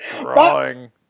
Drawing